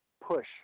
push